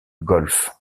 golf